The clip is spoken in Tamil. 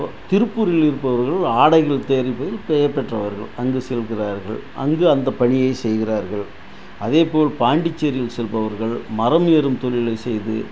இப்போது திருப்பூரில் இருப்பவர்கள் ஆடைகள் தயாரிப்பதில் பெயர் பெற்றவர்கள் அங்கு செல்கிறார்கள் அங்கு அந்த பணியை செய்கிறார்கள் அதேபோல் பாண்டிச்சேரியில் செல்பவர்கள் மரம் ஏறும் தொழிலை செய்து